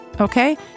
okay